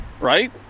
right